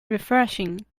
refreshing